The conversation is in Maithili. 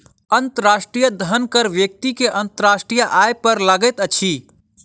अंतर्राष्ट्रीय धन कर व्यक्ति के अंतर्राष्ट्रीय आय पर लगैत अछि